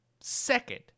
second